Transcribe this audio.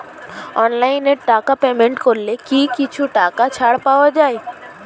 অনলাইনে টাকা পেমেন্ট করলে কি কিছু টাকা ছাড় পাওয়া যায়?